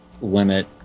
limit